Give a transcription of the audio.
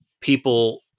people